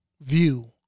view